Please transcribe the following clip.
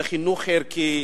לחינוך ערכי,